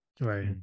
Right